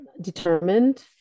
determined